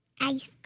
Ice